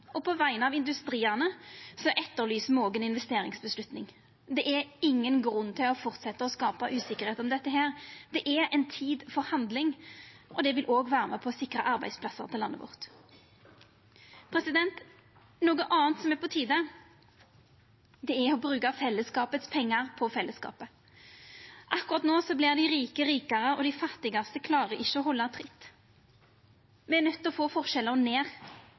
og på vegner av industriane etterlyser me òg ein investeringsavgjerd. Det er ingen grunn til å fortsetje å skapa usikkerheit om dette. Det er ei tid for handling, og det vil òg vera med på å sikra arbeidsplassar til landet vårt. Noko anna som er på tide, er å bruka fellesskapet sine pengar på fellesskapet. Akkurat no vert dei rike rikare, og dei fattige klarar ikkje å halda tritt. Me er nøydde til å få forskjellar ned